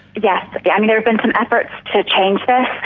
yeah but yeah and there have been some efforts to change this,